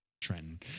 Trenton